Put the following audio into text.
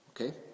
Okay